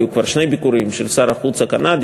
היו כבר שני ביקורים של שר החוץ הקנדי.